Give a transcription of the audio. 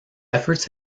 efforts